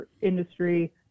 industry